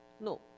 No